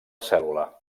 cèl·lula